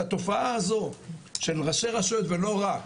את התופעה הזאת של ראשי רשויות ולא רק,